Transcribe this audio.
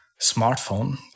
smartphone